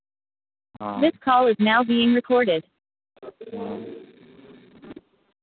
हँ हँ